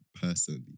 personally